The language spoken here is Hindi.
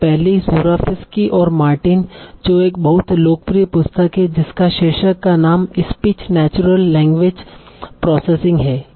पहली जुराफस्की और मार्टिन जो एक बहुत लोकप्रिय पुस्तक है जिसका शीर्षक का नाम स्पीच नेचुरल लैंग्वेज प्रोसेसिंग है